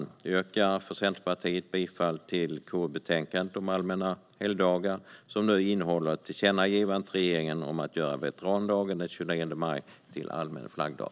Jag yrkar för Centerpartiets del bifall till utskottets förslag i KU-betänkandet om allmänna helgdagar, som nu innehåller ett tillkännagivande till regeringen om att göra veterandagen den 29 maj till allmän flaggdag.